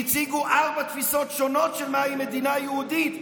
והציגו ארבע תפיסות שונות של מהי מדינה יהודית,